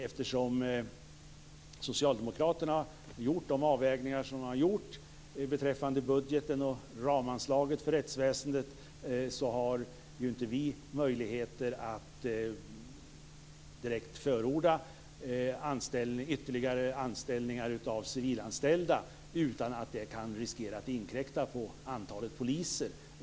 Eftersom vi socialdemokrater har gjort de avvägningar som vi har gjort beträffande budgeten och ramanslaget för rättsväsendet har vi ju inga möjligheter att direkt förorda ytterligare anställningar av civilanställda utan att det kan riskera att inkräkta på antalet poliser.